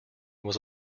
was